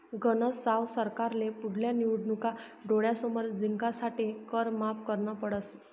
गनज साव सरकारले पुढल्या निवडणूका डोळ्यासमोर जिंकासाठे कर माफ करना पडस